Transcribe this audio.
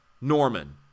Norman